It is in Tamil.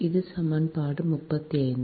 இது சமன்பாடு 35